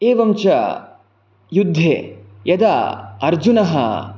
एवं च युद्धे यदा अर्जुनः